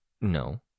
No